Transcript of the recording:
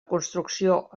construcció